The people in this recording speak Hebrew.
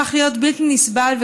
הפך להיות בלתי נסבל,